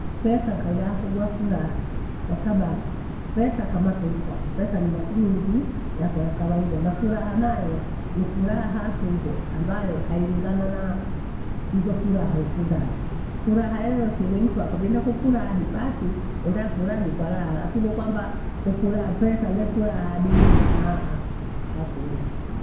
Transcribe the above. Pesa nikawaida yakugwa furaha kwasababu, pesa kama pesa. Pesa ni matumizi yako yakawaida nafura nayee, nifuraha tuhu ambayo khailingana na izo furaha ukundazo. Furaha yehe isininkwa kwabinda kufurahi basi enda afurahi kwa raha. Lakini kwamba kufuraha pesa nefuraha ya dunia hapo ula.